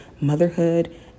motherhood